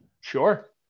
Sure